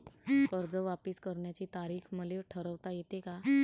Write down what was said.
कर्ज वापिस करण्याची तारीख मले ठरवता येते का?